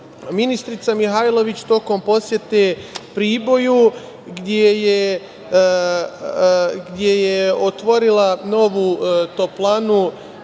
Zašto? Ministrica Mihajlović tokom posete Priboju, gde je otvorila novu toplanu,